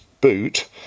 boot